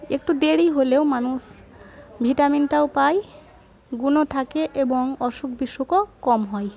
একটু দেরি হলেও মানুষ ভিটামিনটাও পায় গুণও থাকে এবং অসুখ বিসুখও কম হয়